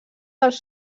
dels